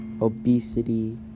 Obesity